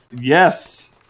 Yes